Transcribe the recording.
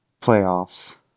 Playoffs